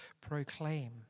proclaim